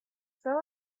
some